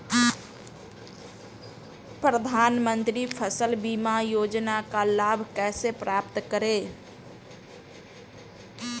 प्रधानमंत्री फसल बीमा योजना का लाभ कैसे प्राप्त करें?